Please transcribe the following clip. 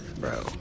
bro